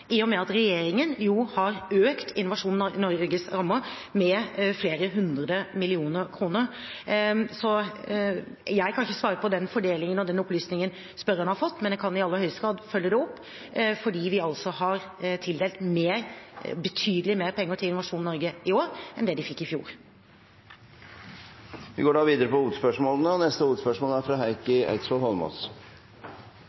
har økt Innovasjon Norges rammer med flere hundre millioner kroner. Jeg kan ikke svare når det gjelder fordelingen og den opplysningen spørreren har fått, men jeg kan i aller høyeste grad følge det opp, for vi har altså tildelt mer – betydelig mer – penger til Innovasjon Norge i år enn det de fikk i fjor. Vi går til neste hovedspørsmål. Mitt spørsmål er til samferdselsministeren. Marsjordren fra